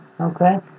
Okay